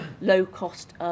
low-cost